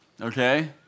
Okay